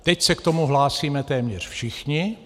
Teď se k tomu hlásíme téměř všichni.